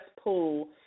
pool